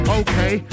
okay